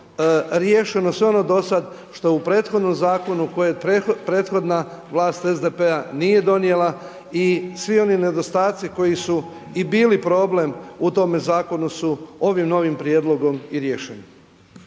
riješeno sve ono do sad što je u prethodnom zakonu, koji je prethodna vlast SDP-a nije donijela. I svi oni nedostatci koji su i bili problem u tome zakonu su ovim novim prijedlogom i riješeni.